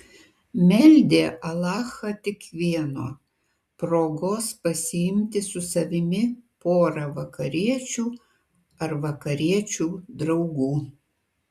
meldė alachą tik vieno progos pasiimti su savimi porą vakariečių ar vakariečių draugų